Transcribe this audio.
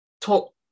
talk